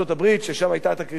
ששם היתה הקריסה הגדולה,